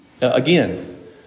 Again